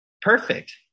Perfect